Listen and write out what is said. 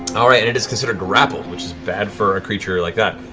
all right, and it is considered grappled, which is bad for a creature like that.